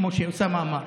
כמו שאוסאמה אמר.